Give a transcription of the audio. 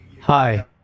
Hi